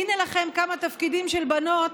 הינה לכן כמה תפקידים של בנות,